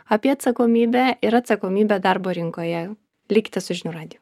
apie atsakomybę ir atsakomybę darbo rinkoje likite su žinių radiju